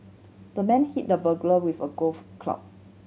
the man hit the burglar with a golf club